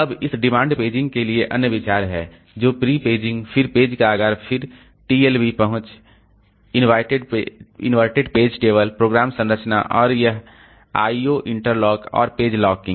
अब इस demand paging के लिए अन्य विचार हैं प्री पेजिंग फिर पेज का आकार फिर TLB पहुंच इनवाइटेड पेज टेबल प्रोग्राम संरचना और यह I O इंटरलॉक और पेज लॉकिंग